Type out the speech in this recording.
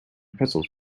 pretzels